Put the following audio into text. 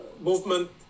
movement